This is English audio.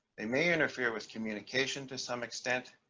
they may interfere with communication to some extent